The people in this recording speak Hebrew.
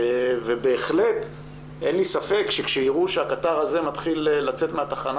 ובהחלט אין לי ספק שכשיראו שהקטר הזה מתחיל לצאת מהתחנה